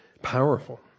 powerful